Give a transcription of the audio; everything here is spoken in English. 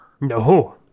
No